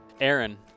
Aaron